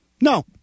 No